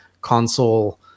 console